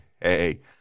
hey